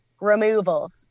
removals